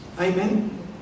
Amen